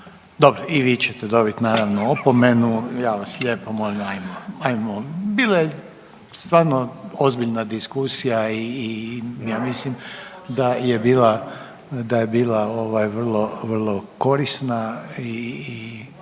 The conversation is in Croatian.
Dobro. I vi ćete dobiti, naravno, opomenu, ja vas molim, ajmo, ajmo, bilo je stvarno ozbiljna diskusija i ja mislim da je bila vrlo vrlo korisna i